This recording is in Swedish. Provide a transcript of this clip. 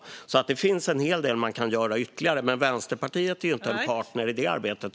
Det finns alltså en hel del ytterligare man kan göra. Men jag har noterat att Vänsterpartiet inte är en partner i det arbetet.